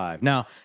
Now